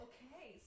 Okay